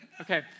okay